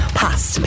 past